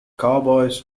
cowboys